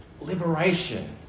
liberation